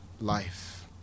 life